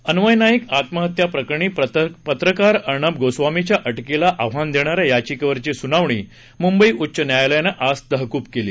अन्वय नाईक आत्महत्या प्रकरणी पत्रकार अर्णब गोस्वामीच्या अटकेला आव्हान देणाऱ्या याचिकेवरची सुनावणी मुंबई उच्च न्यायालयानं आज तहकूब केली